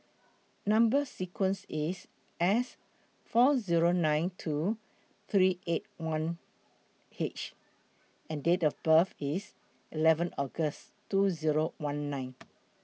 Number sequence IS S four Zero nine two three eight one H and Date of birth IS eleven August two Zero one nine